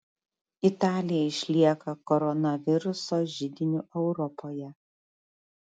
italija išlieka koronaviruso židiniu europoje